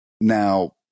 Now